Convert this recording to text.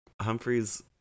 Humphrey's